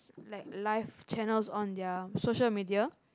like live channels on their social media